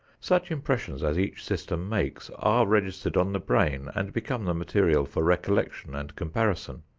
such impressions as each system makes are registered on the brain and become the material for recollection and comparison,